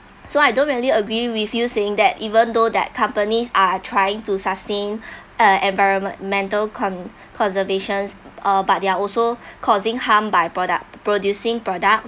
so I don't really agree with you saying that even though that companies are trying to sustain a environment mental con~ conservations uh but they're also causing harm by product producing products